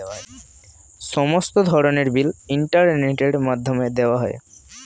সমস্ত ধরনের বিল ইন্টারনেটের মাধ্যমে দেওয়া যায়